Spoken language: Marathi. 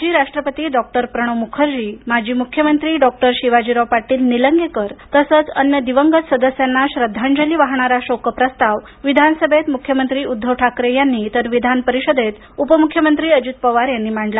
माजी राष्ट्रपती डॉ प्रणव म्खर्जी माजी म्ख्यमंत्री डॉ शिवाजीराव पाटील निलंगेकर तसंच अन्य दिवंगत सदस्यांना श्रद्धांजली वाहणारा शोकप्रस्ताव विधानसभेत मुख्यमंत्री उद्धव ठाकरे यांनी तर विधानपरिषदेत उपमुख्यमंत्री अजित पवार यांनी मांडला